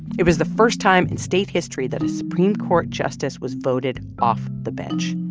it was the first time in state history that a supreme court justice was voted off the bench,